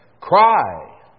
Cry